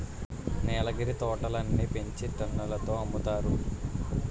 నీలగిరి తోటలని పెంచి టన్నుల తో అమ్ముతారు